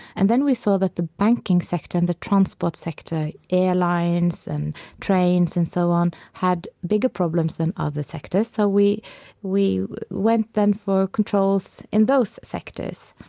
and then we saw that the banking sector and the transport sector airlines and trains and so on had bigger problems than other sectors. so, we we went then for controls in those sectors